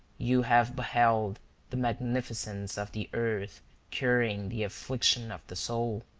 you have beheld the magnificence of the earth curing the affliction of the soul,